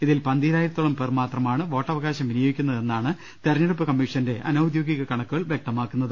ഇതിൽ പന്തീരായിരത്തോളം പേർ മാത്രമാണ് വോട്ടവകാശം വിനിയോഗിക്കുന്നതെന്നാണ് തെരഞ്ഞെടുപ്പു കമ്മീഷന്റെ അനൌദ്യോഗിക കണക്കുകൾ വ്യക്തമാക്കുന്നത്